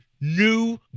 new